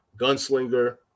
gunslinger